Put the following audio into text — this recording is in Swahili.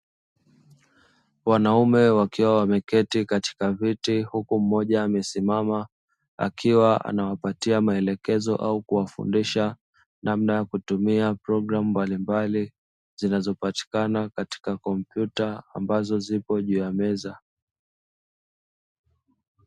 Wanaume wakiwa wameketi katika viti huku mmoja amesimama, akiwa anawapatia maelekezo au kuwafundisha namna ya kutumia programu mbalimbali zinazopatikana katika kompyuta ambazo zipo juu ya meza.